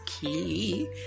key